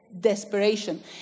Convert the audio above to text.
desperation